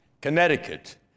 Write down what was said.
Connecticut